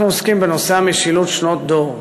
אנחנו עוסקים בנושא המשילות שנות דור.